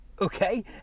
Okay